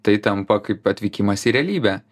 tai tampa kaip atvykimas į realybę